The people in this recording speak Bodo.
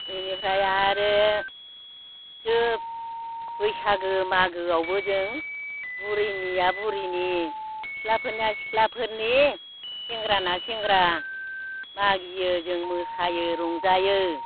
इनिफ्राय आरो जोब बैसागो मागोआवबो जों बुरैनिया बुरैनि सिख्लाफोरनिया सिख्लाफोरनि सेंग्राना सेंग्रा मागियो जों मोसायो रंजायो